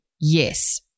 Yes